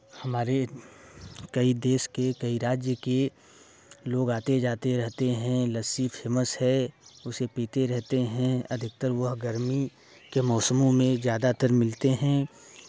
हमारे कई देश के कई राज्य के लोग आते जाते रहते हैं लस्सी फेमस है उसे पीते रहते हैं अधिकतर वह गर्मी के मौसमों में ज़्यादातर मिलते हैं